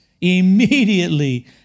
immediately